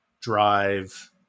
drive